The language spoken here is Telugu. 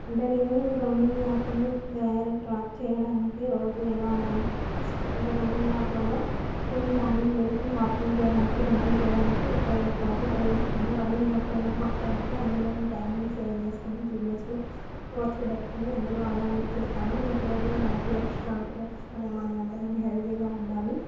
అంటే నేను రన్నింగ్ యాప్ను డైరెక్ట్ ట్రాక్ చేయడానికి రోజూ ఎలా చ్ రన్నింగ్ యాప్లలో రోజూ మార్నింగ్ లేసి వాకింగ్ చేయడానికి రన్నింగ్ చేయడానికి ఉపయోగ ఉపయోగిస్తాను రన్నింగ్ యాప్లెలా వాడతారంటే అందులోనే టైంని సేవ్ చేసుకుని జిపిఎస్లో వాచులు పెట్టుకుని అందులో అలా యూస్ చేస్తాను నాకు రోజూ వారి ఆరోగ్య లక్షణాలు లక్షణాలేమన్న అంటే నేను హెల్తీగా ఉండాలి